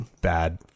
bad